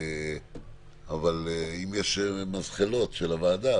אבל אם יש מזחלות של הוועדה,